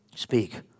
Speak